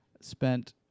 spent